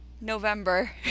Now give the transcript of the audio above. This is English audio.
November